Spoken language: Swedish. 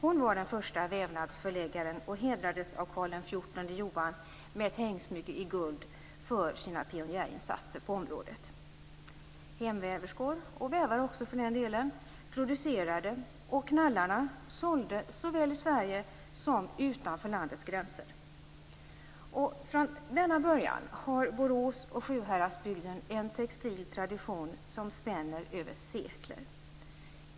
Hon var den första vävnadsförläggaren, och hon hedrades av Karl XIV Johan med ett hängsmycke i guld för sina pionjärinsatser på området. Hemväverskor, och för den delen också vävare, producerade, och knallarna sålde såväl i Sverige som utanför landets gränser. Från denna början har Borås och Sjuhäradsbygden en textil tradition som spänner över sekler.